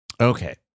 Okay